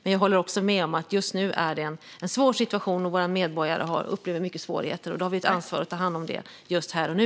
Men jag håller också med om att det just nu råder en svår situation och att våra medborgare upplever många svårigheter. Då har vi också ett ansvar för att ta hand om det här och nu.